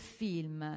film